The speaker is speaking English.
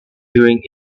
during